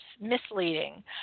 Misleading